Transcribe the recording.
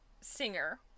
singer